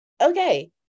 okay